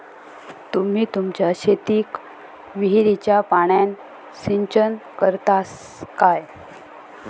तुम्ही तुमच्या शेतीक विहिरीच्या पाण्यान सिंचन करतास काय?